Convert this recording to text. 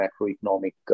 macroeconomic